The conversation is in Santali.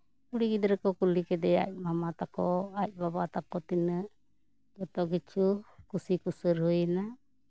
ᱠᱩᱲᱤ ᱜᱤᱫᱽᱨᱟᱹ ᱠᱚ ᱠᱩᱞᱤ ᱠᱮᱫᱮᱭᱟ ᱟᱡ ᱢᱟᱢᱟ ᱛᱟᱠᱚ ᱟᱡ ᱵᱟᱵᱟ ᱛᱟᱠᱚ ᱛᱤᱱᱟᱹᱜ ᱡᱚᱛᱚ ᱠᱤᱪᱷᱩ ᱠᱩᱥᱤ ᱠᱩᱥᱟᱹᱞ ᱦᱩᱭ ᱱᱟ